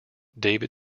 david